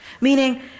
Meaning